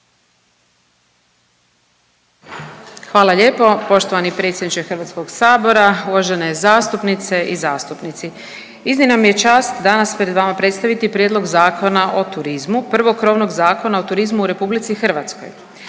Hvala lijepo poštovani predsjedniče Hrvatskog sabora, uvažene zastupnice i zastupnici. Iznimna mi je čast danas pre vama predstaviti prijedlog Zakona o turizmu prvog krovnog Zakona o turizmu u RH.